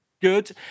Good